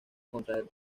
contraer